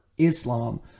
Islam